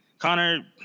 Connor